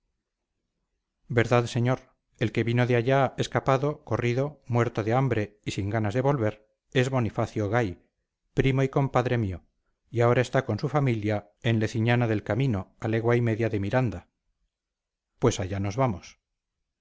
verdad señor el que vino de allá escapado corrido muerto de hambre y sin ganas de volver es bonifacio gay primo y compadre mío y ahora está con su familia en leciñana del camino a legua y media de miranda pues allá nos vamos